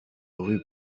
rue